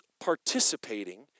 participating